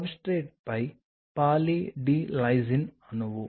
సబ్స్ట్రేట్పై poly D lysine అణువు